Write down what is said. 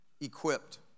equipped